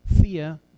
Fear